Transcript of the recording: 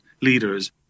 leaders